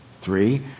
three